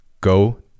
Go